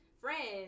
Friends